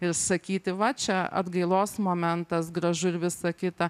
ir sakyti va čia atgailos momentas gražu ir visa kita